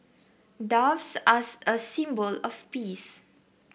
doves as a symbol of peace